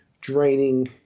draining